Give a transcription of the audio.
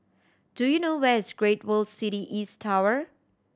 do you know where is Great World City East Tower